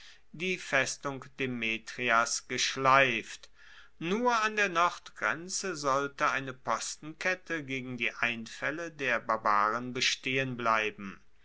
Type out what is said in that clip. die festung demetrias geschleift nur an der nordgrenze sollte eine postenkette gegen die einfaelle der barbaren bestehen bleiben